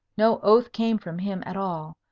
no oath came from him at all,